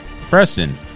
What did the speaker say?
Preston